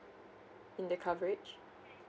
in the coverage